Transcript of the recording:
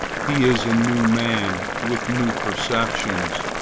he is a new man, with new perceptions,